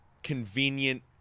Convenient